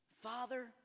father